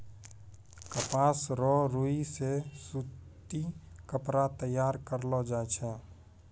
कपास रो रुई से सूती कपड़ा तैयार करलो जाय छै